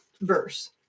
verse